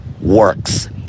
works